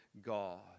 God